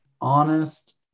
honest